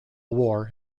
war